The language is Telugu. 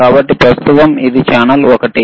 కాబట్టి ప్రస్తుతం ఇది ఛానల్ ఒకటి